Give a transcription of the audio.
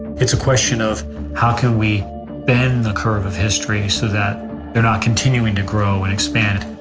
it's a question of how can we bend the curve of history so that they're not continuing to grow and expand.